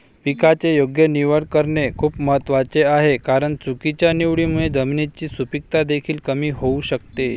पिकाची योग्य निवड करणे खूप महत्वाचे आहे कारण चुकीच्या निवडीमुळे जमिनीची सुपीकता देखील कमी होऊ शकते